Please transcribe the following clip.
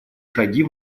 шаги